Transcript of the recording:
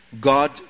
God